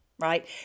right